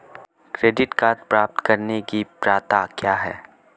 Credit card प्राप्त करने की पात्रता क्या है?